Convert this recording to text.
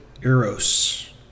eros